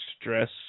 stress